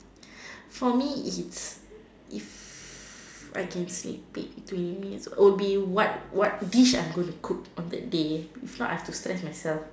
for me if it's if I can sneak peak twenty minutes will be what what dish I'm going to cook on that day if not I have to stress myself